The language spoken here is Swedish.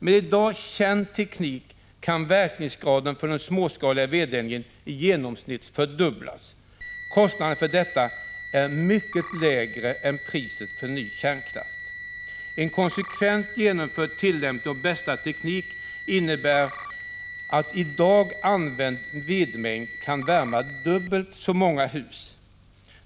Med i dag känd teknik kan verkningsgraden vid småskalig vedeldning i genomsnitt fördubblas. Kostnaden för detta är mycket lägre än priset för ny kärnkraft. En konsekvent genomförd tillämpning av bästa teknik innebär att i dag använd vedmängd kan värma dubbelt så många hus som nu.